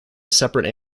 separate